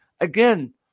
again